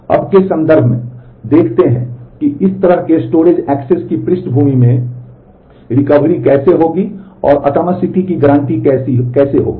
अब अब के संदर्भ में देखते हैं कि इस तरह के स्टोरेज एक्सेस की पृष्ठभूमि में रिकवरी कैसे होगी और एटमॉसिटी की गारंटी कैसे होगी